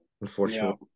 Unfortunately